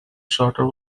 shorter